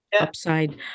upside